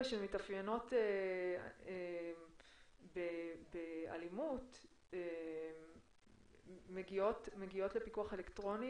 שמתאפיינות באלימות מגיעות לפיקוח אלקטרוני,